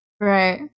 Right